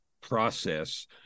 process